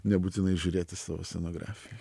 nebūtinai žiūrėti su scenografija